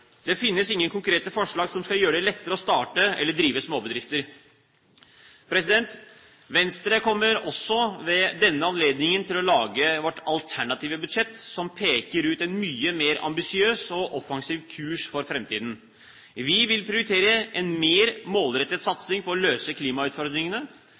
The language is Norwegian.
Det finnes ingen konkrete forslag som skal gjøre det lettere å starte eller drive småbedrifter. Venstre kommer også ved denne anledningen til å lage sitt alternative budsjett som peker ut en mye mer ambisiøs og offensiv kurs for framtiden. Vi vil prioritere en mer målrettet